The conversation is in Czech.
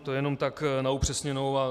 To jenom tak na upřesnění.